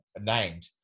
named